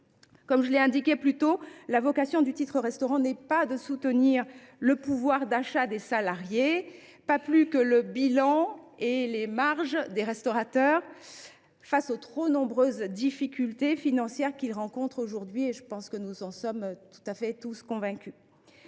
Comme je l’ai indiqué plus tôt, la vocation du titre restaurant n’est pas de soutenir le pouvoir d’achat des salariés, pas plus que le bilan et les marges des restaurateurs face aux trop nombreuses difficultés financières qu’ils rencontrent aujourd’hui – celles ci sont liées à l’augmentation